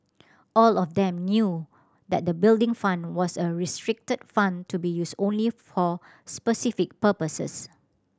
all of them knew that the Building Fund was a restricted fund to be used only for specific purposes